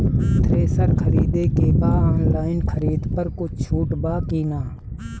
Thresher खरीदे के बा ऑनलाइन खरीद पर कुछ छूट बा कि न?